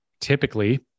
typically